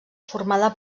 formada